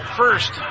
first